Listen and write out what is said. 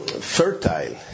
fertile